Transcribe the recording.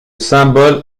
symbole